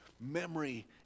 memory